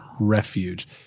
refuge